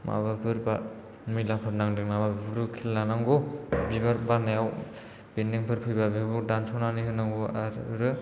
माबाफोर बा मैलाफोर नांदों नामा बेफोरखौ खेल लानांगौ बिबार बारनायाव बेनदोंफोर फैयोबा बेफोरखौ दानस'नानै होनांगौ आरो